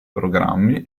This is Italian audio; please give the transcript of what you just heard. programmi